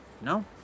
no